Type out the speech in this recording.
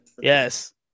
yes